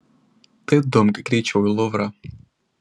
tai dumk greičiau į luvrą